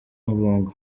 bongo